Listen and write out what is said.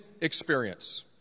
experience